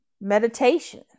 meditation